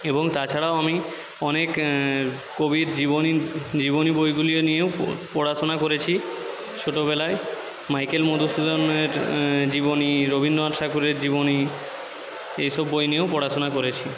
এবং তাছাড়াও আমি অনেক কবির জীবনী জীবনী বইগুলি নিয়েও পড়াশোনা করেছি ছোটোবেলায় মাইকেল মধুসূদনের জীবনী রবীন্দ্রনাথ ঠাকুরের জীবনী এইসব বই নিয়েও পড়াশোনা করেছি